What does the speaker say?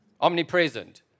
Omnipresent